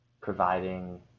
providing